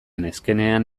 neskenean